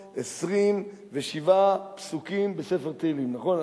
2,527 פסוקים בספר תהילים, נכון?